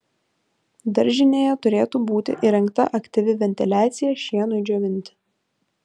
daržinėje turėtų būti įrengta aktyvi ventiliacija šienui džiovinti